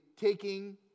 taking